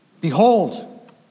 Behold